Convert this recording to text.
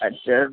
अच्छा